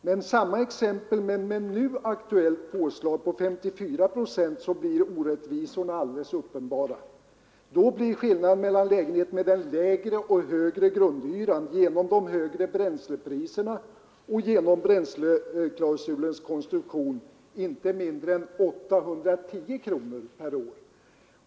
Men med det aktuella påslaget på 54 procent blir orättvisorna, fortfarande enligt samma exempel, alldeles uppenbara. Skillnaden mellan lägenheterna med den lägre respektive den högre grundhyran blir genom de högre bränslepriserna och genom bränsleklausulens konstruktion inte mindre än 810 kronor per år.